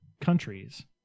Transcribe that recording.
countries